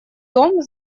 дом